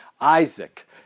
Isaac